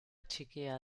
txikia